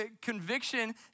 Conviction